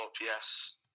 yes